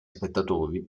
spettatori